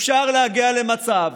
אפשר להגיע למצב